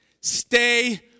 Stay